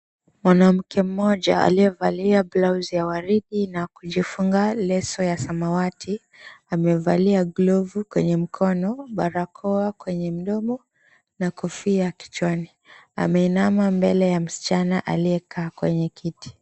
Mwanamke mmoja aliyevalia blauzi ya waridi na kujifunga leso ya samawati amevalia glovu kwenye mkono, barakoa kwenye mdomo na kofia kichwani, ameinama mbele ya msichana aliyekaa kwenye kiti.